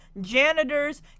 janitors